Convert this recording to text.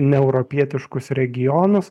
neeuropietiškus regionus